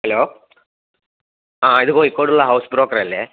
hello ആ ഇത് കോഴിക്കോടുള്ള ഹൌസ് ബ്രോക്കറല്ലേ